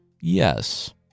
Yes